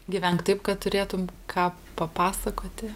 gyvenk taip kad turėtum ką papasakoti